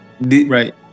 Right